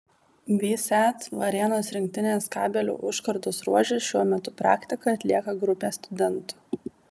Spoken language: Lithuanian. vsat varėnos rinktinės kabelių užkardos ruože šiuo metu praktiką atlieka grupė studentų